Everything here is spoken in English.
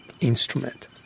instrument